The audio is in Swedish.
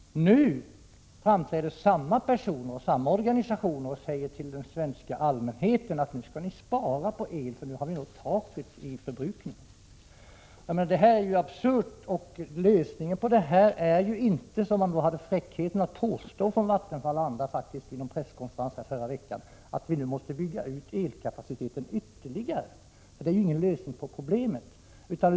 Nu framträder samma personer och samma organisationer och säger till den svenska allmänheten: Nu skall ni spara på el, för nu har vi nått taket för förbrukningen. Detta är absurt. Lösningen på detta är inte — som man faktiskt hade fräckheten att påstå från Vattenfall och andra vid en presskonferens förra veckan — att vi nu måste bygga ut elkapaciteten ytterligare. Det innebär ju ingen lösning på problemet.